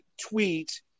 tweet